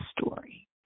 story